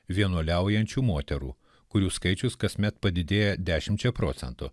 vienuoliaujančių moterų kurių skaičius kasmet padidėja dešimčia procentų